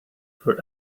for